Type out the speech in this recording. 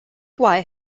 why